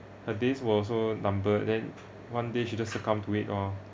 her days were also numbered then one day she just succumbed to it orh